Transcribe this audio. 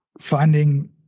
finding